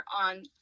on